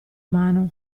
mano